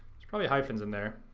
there's probably hyphens in there.